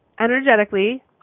energetically